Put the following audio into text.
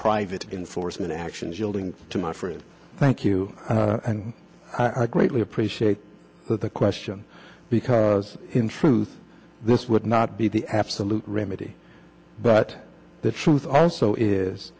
private in force in actions yielding to my friend thank you and i greatly appreciate the question because in truth this would not be the absolute remedy but the truth also is